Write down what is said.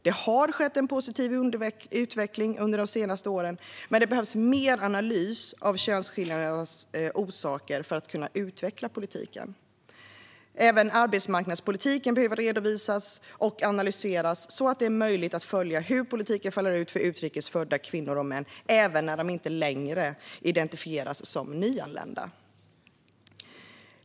Det har under de senaste åren skett en positiv utveckling, men det behövs mer analys av könsskillnadernas orsaker för att man ska kunna utveckla politiken. Även arbetsmarknadspolitiken behöver redovisas och analyseras så att det är möjligt att följa hur politiken faller ut för utrikes födda kvinnor och män även när de inte längre definieras som nyanlända.